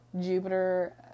Jupiter